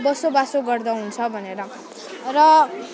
बसोबासो गर्दा हुन्छ भनेर र